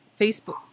Facebook –